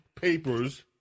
papers